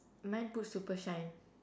mine put super shine